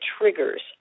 triggers